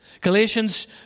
Galatians